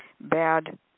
bad